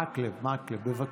בבקשה.